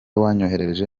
wanyoherereje